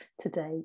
today